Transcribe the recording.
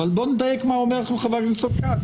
אבל בוא נדייק מה אומר חה"כ כץ.